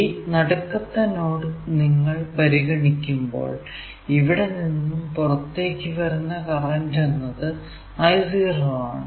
ഈ നടുക്കത്തെ നോഡ് നിങ്ങൾ പരിഗണിക്കുമ്പോൾ ഇവിടെ നിന്നും പുറത്തേക്കു വരുന്ന കറന്റ് എന്നത് I0 ആണ്